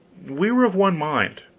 we were of one mind,